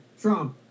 Trump